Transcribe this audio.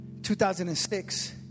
2006